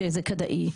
שזה כדאי,